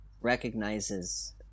recognizes